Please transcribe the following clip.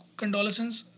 condolences